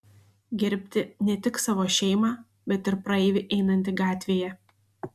gerbti ne tik savo šeimą bet ir praeivį einantį gatvėje